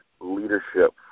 leadership